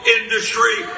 industry